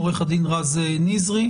עורך הדין רז נזרי.